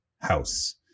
house